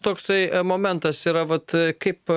toksai momentas yra vat kaip